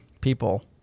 people